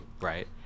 right